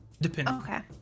Depending